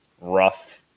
rough